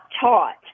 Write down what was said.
taught